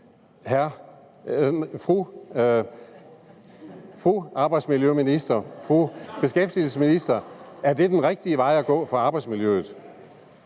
fru beskæftigelsesminister, er det den rigtige vej at gå med arbejdsmiljøet?